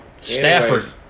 Stafford